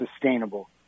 sustainable